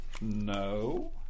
No